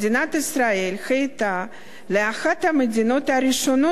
מדינת ישראל היתה לאחת המדינות הראשונות